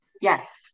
Yes